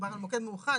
מדובר על מוקד מאוחד,